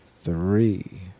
three